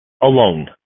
alone